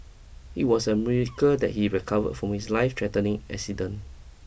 it was a miracle that he recovered from his lifethreatening accident